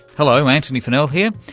hello, antony funnell here,